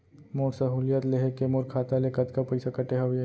मोर सहुलियत लेहे के मोर खाता ले कतका पइसा कटे हवये?